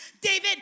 David